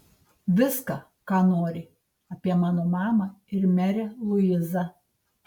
viską ką nori apie mano mamą ir merę luizą